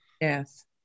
Yes